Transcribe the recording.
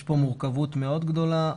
יש פה מורכבות מאוד גדולה,